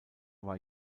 wurde